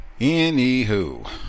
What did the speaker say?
anywho